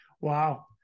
Wow